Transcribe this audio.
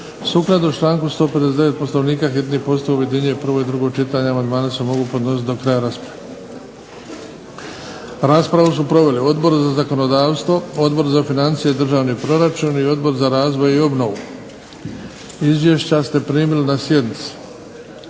Sukladno članku 159. Poslovnika hitni postupak objedinjuje prvo i drugo čitanje. Amandmani se mogu podnositi do kraja rasprave. Raspravu su proveli Odbor za zakonodavstvo, Odbor za financije i državni proračun i Odbor za razvoj i obnovu. Izvješća ste primili na sjednici.